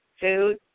food